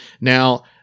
Now